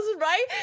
right